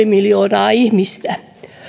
miljoonaa ihmistä